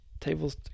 tables